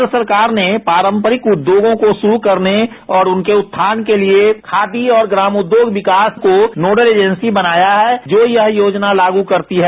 केंद्र सरकार ने पारंपरिक उद्योगों को शुरु करने और उनके उत्थान के लिए खादी और ग्रामोद्योग विकास संगठन को नोडल एजेंसी बनाया है जो यह योजना लागू करती है